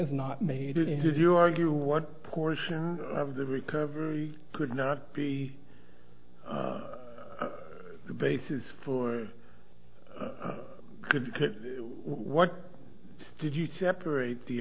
is not made it is you argue what portion of the recovery could not be the basis for what did you separate the